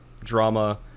drama